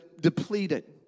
depleted